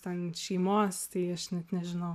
ten šeimos tai aš net nežinau